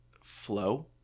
flow